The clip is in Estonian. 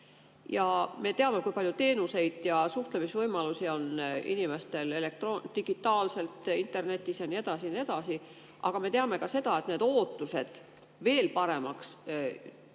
ja me teame, kui palju teenuseid ja suhtlemisvõimalusi on inimestel digitaalselt, internetis ja nii edasi, ja nii edasi. Aga me teame ka seda, et ootused veel paremaks